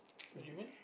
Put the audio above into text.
you mean